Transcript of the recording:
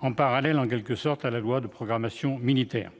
en parallèle en quelque sorte à la loi de programmation militaire ?